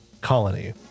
colony